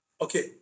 okay